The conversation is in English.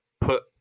put